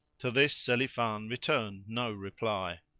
to this selifan returned no reply.